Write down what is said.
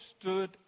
stood